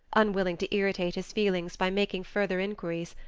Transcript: unwilling to irritate his feelings by making further enquiries,